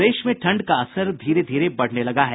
प्रदेश में ठंड का असर धीरे धीरे बढ़ने लगा है